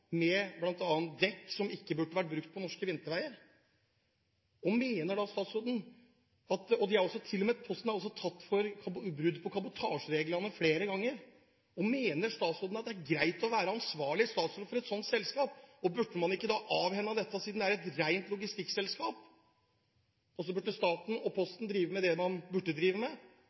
med, med bl.a. dekk som ikke burde vært brukt på norske vinterveier. Posten er også flere ganger tatt for brudd på kabotasjereglene. Mener statsråden at det er greit å være ansvarlig statsråd for et sånt selskap? Burde man ikke ha avhendet dette slovakiske selskapet, siden det er et rent logistikkselskap? Staten og Posten burde drive med det de burde drive med,